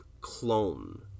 clone